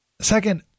Second